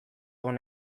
egon